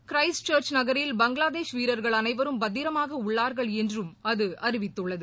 Christ search நகரில் பங்களாதேஷ் வீரர்கள் அனைவரும் பத்திரமாகஉள்ளார்கள் என்றும் அதுஅறிவித்துள்ளது